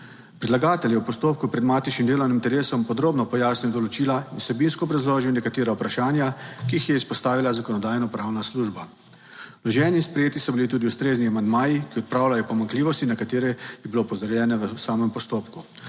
Predlagatelj je v postopku pred matičnim delovnim telesom podrobno pojasnil določila in vsebinsko obrazložil nekatera vprašanja, ki jih je izpostavila Zakonodajno-pravna služba. Vloženi in sprejeti so bili tudi ustrezni amandmaji, ki odpravljajo pomanjkljivosti, na katere je bilo opozorjeno v samem postopku.